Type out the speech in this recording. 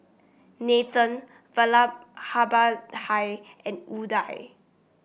Nathan Vallabhbhai and Udai